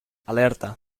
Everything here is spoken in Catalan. alerta